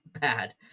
bad